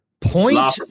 Point